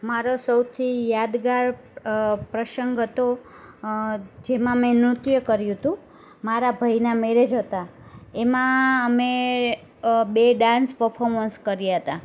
મારો સૌથી યાદગાર પ્રસંગ હતો જેમાં મે નૃત્ય કર્યું હતું મારા ભાઈના મેરેજ હતા એમાં અમે બે ડાન્સ પર્ફોમન્સ કર્યા તા